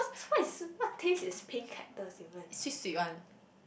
what is what taste is pink cactus even